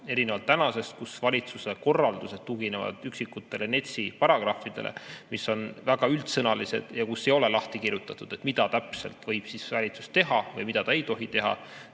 erinevalt praegusest, kus valitsuse korraldused tuginevad üksikutele NETS-i paragrahvidele, mis on väga üldsõnalised ja milles ei ole lahti kirjutatud, mida täpselt võib valitsus teha ja mida ta ei tohi teha